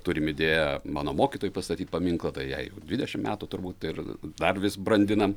turim idėją mano mokytojai pastatyt paminklą tai jai jau dvidešim metų turbūt ir dar vis brandinam